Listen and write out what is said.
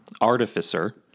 artificer